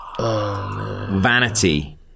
Vanity